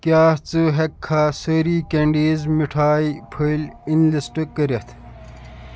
کیٛاہ ژٕ ہٮ۪ککھا سٲری کٮ۪نڈیٖز مِٹھایہِ پھٔلۍ اِن لِسٹ کٔرِتھ